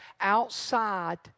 outside